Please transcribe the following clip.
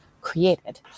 created